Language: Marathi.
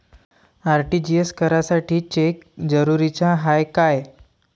आर.टी.जी.एस करासाठी चेक जरुरीचा हाय काय?